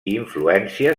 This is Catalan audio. influència